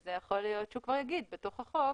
וזה יכול להיות שהוא כבר יאמר בתוך החוק